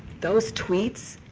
those tweets,